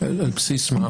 על בסיס מה?